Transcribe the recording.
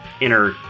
inner